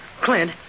Clint